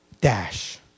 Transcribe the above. dash